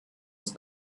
uns